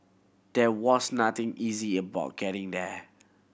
there was nothing easy about getting there